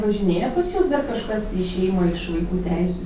važinėja pas jus dar kažkas išėjimo iš vaikų teisių